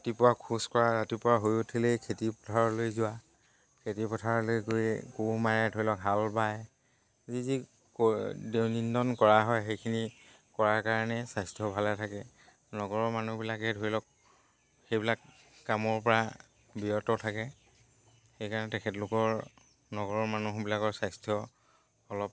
ৰাতিপুৱা খোজ কঢ়া ৰাতিপুৱা শুই উঠিলেই খেতি পথাৰলৈ যোৱা খেতি পথাৰলৈ গৈ কোৰ মাৰে ধৰি লওক হাল বায় যি যি দৈনন্দিন কৰা হয় সেইখিনি কৰাৰ কাৰণে স্বাস্থ্য ভালে থাকে নগৰৰ মানুহবিলাকে ধৰি লওক সেইবিলাক কামৰ পৰা বিৰত থাকে সেইকাৰণে তেখেতলোকৰ নগৰৰ মানুহবিলাকৰ স্বাস্থ্য অলপ